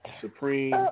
Supreme